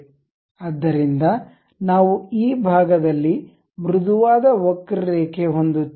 ಆದ್ದರಿಂದ ನಾವು ಈ ಭಾಗದಲ್ಲಿ ಮೃದುವಾದ ವಕ್ರರೇಖೆ ಹೊಂದುತ್ತೇವೆ